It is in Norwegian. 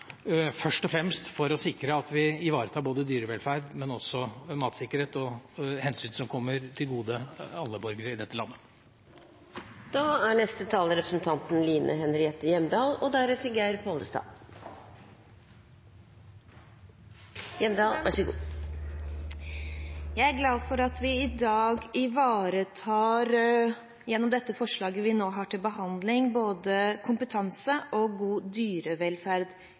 først og fremst for å sikre at vi ivaretar dyrevelferd, men også matsikkerhet og hensyn som kommer alle borgere i dette landet til gode. Jeg er glad for at vi gjennom det forslaget vi i dag har til behandling, ivaretar både kompetanse og god dyrevelferd – spesielt i